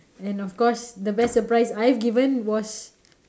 and of course the best surprise I have given was